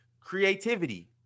Creativity